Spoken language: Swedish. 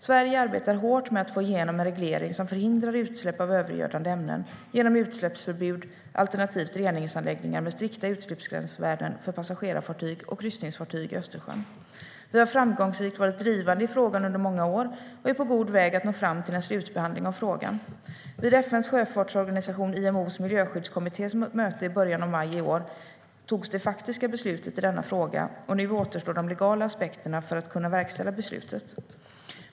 Sverige arbetar hårt med att få igenom en reglering som förhindrar utsläpp av övergödande ämnen genom utsläppsförbud alternativt reningsanläggningar med strikta utsläppsgränsvärden för passagerarfartyg och kryssningsfartyg i Östersjön. Vi har framgångsrikt varit drivande i frågan under många år och är på god väg att nå fram till en slutbehandling av frågan. Vid FN:s sjöfartsorganisation IMO:s miljöskyddskommittés möte i början av maj i år togs det faktiska beslutet i denna fråga, och nu återstår de legala aspekterna för att kunna verkställa beslutet.